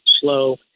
slow